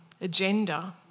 agenda